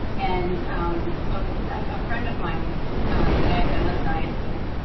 and so a friend of mine that i had done other diets with,